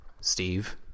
Steve